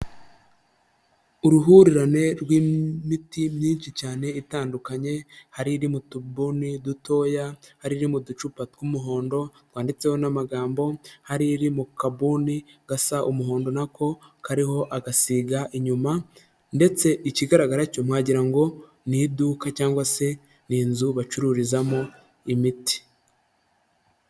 Uruhurirane rw'imiti myinshi cyane itandukanye, hari iri mutubuni dutoya, hari iri mu ducupa tw'umuhondo twanditseho n'amagambo, hari iri mu kabuni gasa umuhondo na ko kariho agasiga, inyuma ndetse ikigaragaracyo wagira ngo ni iduka cyangwa se ni inzu bacururizamo imiti.